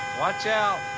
watch out.